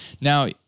Now